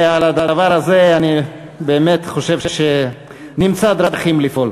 ועל הדבר הזה אני באמת חושב שנמצא דרכים לפעול.